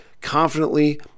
confidently